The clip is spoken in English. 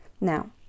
Now